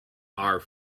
are